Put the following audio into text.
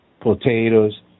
potatoes